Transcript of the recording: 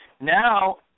now